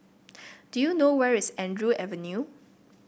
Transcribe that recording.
do you know where is Andrew Avenue